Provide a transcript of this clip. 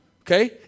Okay